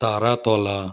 Taratala